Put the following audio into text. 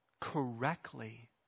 correctly